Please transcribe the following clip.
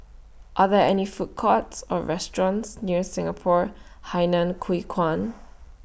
Are There any Food Courts Or restaurants near Singapore Hainan Hwee Kuan